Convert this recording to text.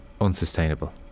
unsustainable